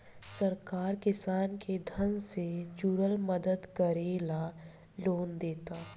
सरकार किसान के धन से जुरल मदद करे ला लोन देता